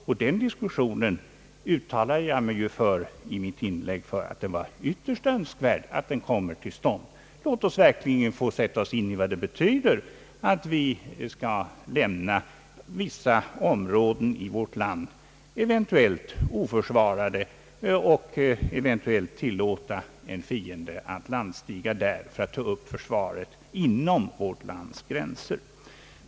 I mitt uttalande pläderar jag för önskvärdheten av att en sådan diskussion kom till stånd. Låt oss verkligen försöka sätta oss in i vad det betyder att vi skall lämna vissa områden av vårt land oförsvarade och eventuellt tillåta en fiende att landstiga där, för att ta upp försvaret inom vårt lands gränser.